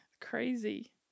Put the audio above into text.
Crazy